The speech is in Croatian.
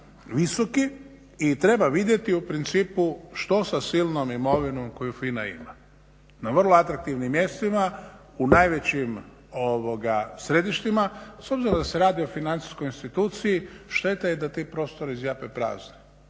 visoki i treba vidjeti u principu što sa silnom imovinom koju FINA ima na vrlo atraktivnim mjestima u najvećim središtima s obzirom da se radi o financijskoj instituciji šteta je da ti prostori zjape prazni.